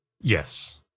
yes